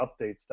updates